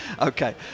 Okay